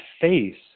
face